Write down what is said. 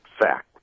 fact